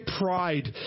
pride